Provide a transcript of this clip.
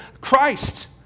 Christ